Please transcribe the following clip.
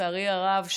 לצערי הרב,